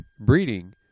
breeding